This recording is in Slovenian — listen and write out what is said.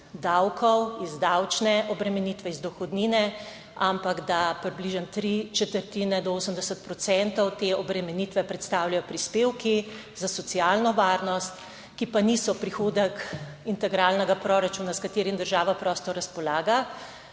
iz davčne obremenitve iz dohodnine, ampak da približno tri četrtine do 80 procentov te obremenitve predstavljajo prispevki za socialno varnost, ki pa niso prihodek integralnega proračuna s katerim država prosto razpolaga,